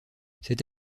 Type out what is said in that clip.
cette